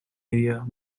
area